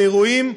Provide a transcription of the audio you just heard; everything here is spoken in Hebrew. לאירועים,